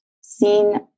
seen